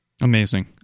Amazing